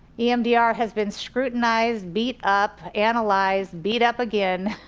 emdr has been scrutinized, beat up, analyzed, beat up again,